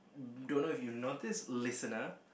don't know if you notice listener